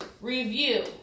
review